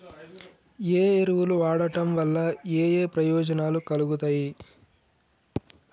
ఏ ఎరువులు వాడటం వల్ల ఏయే ప్రయోజనాలు కలుగుతయి?